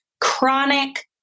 chronic